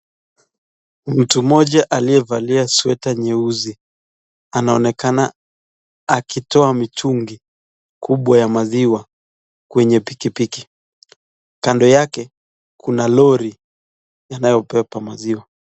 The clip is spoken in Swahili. Mtu mmoja aliyevalia (cs) sweater (cs) nyeusi , anaonekana akitoa mitungi kubwa ya maziwa kwenye pikipiki , kando yake kuna lori inayobeba maziwa.